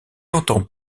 entend